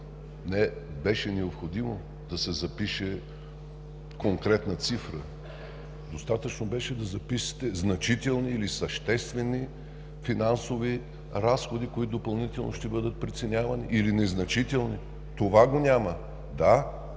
не беше необходимо да се запише конкретна цифра. Достатъчно беше да запишете „значителни“ или „съществени“ финансови разходи, които допълнително ще бъдат преценявани, или „незначителни“. Това го няма. Да,